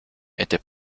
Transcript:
était